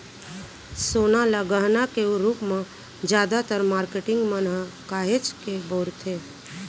सोना ल गहना के रूप म जादातर मारकेटिंग मन ह काहेच के बउरथे